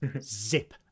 zip